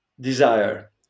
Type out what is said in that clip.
desire